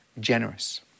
generous